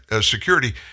Security